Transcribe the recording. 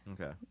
Okay